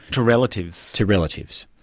to relatives? to relatives.